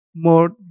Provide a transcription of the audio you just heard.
more